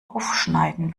aufschneiden